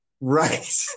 Right